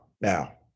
now